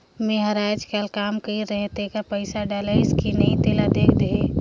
मै हर अईचकायल काम कइर रहें तेकर पइसा डलाईस कि नहीं तेला देख देहे?